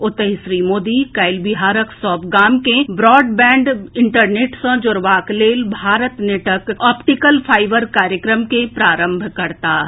ओतहि श्री मोदी काल्हि बिहारक सभ गाम के ब्रॉडबैंड इंटरनेट सँ जोड़बाक लेल भारत नेटक ऑप्टिकल फाईबर कार्यक्रम के प्रारंभ करताह